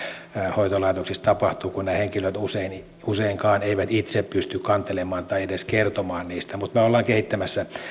hoitolaitoksissa tapahtuu kun ne henkilöt useinkaan eivät itse pysty kantelemaan tai edes kertomaan niistä mutta me olemme kehittämässä